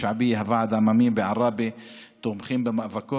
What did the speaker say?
הוועד העממי בעראבה תומכים במאבקו,